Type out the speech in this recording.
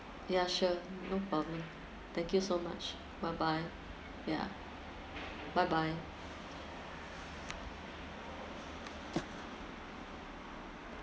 ya sure no problem thank you so much bye bye yeah bye bye